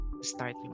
start